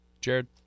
jared